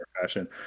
fashion